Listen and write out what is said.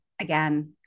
again